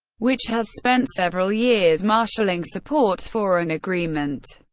which has spent several years marshaling support for an agreement.